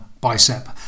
Bicep